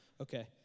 Okay